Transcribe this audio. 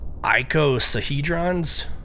Icosahedrons